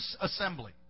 assembly